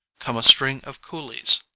come a string of coolies,